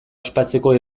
ospatzeko